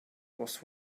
was